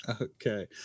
Okay